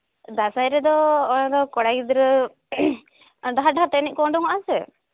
ᱫᱟᱥᱟᱭ ᱨᱮᱫᱚ ᱠᱚᱲᱟ ᱜᱤᱫᱽᱨᱟᱹ ᱰᱟᱦᱟᱨ ᱰᱟᱦᱟᱨ ᱛᱮ ᱮᱱᱮᱡ ᱠᱚ ᱩᱰᱩᱠᱚᱜᱼᱟᱥᱮ